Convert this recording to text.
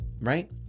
right